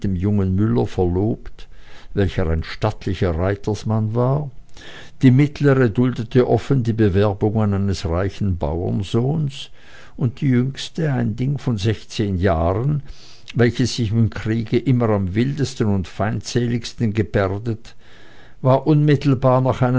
jungen müller verlobt welcher ein stattlicher reitersmann war die mittlere duldete offen die bewerbungen eines reichen bauernsohnes und die jüngste ein ding von sechszehn jahren welches sich im kriege immer am wildesten und feindseligsten gebärdet war unmittelbar nach